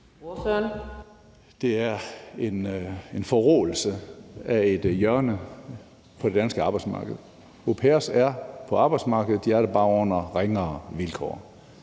Det er en forråelse af et hjørne af det danske arbejdsmarked. Au pairer er på arbejdsmarkedet; de er der bare på ringere vilkår.